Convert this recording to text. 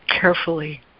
carefully